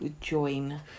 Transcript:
join